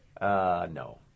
No